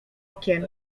okien